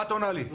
מה את עונה לי?